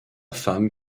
femme